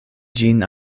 ĝin